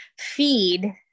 feed